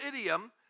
idiom